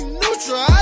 neutral